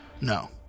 No